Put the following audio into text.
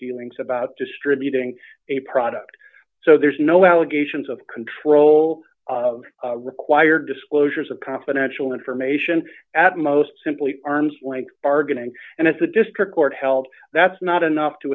dealings about distributing a product so there's no allegations of control d required disclosures of confidential information at most simply arm's length bargaining and as a district court held that's not enough to